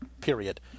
period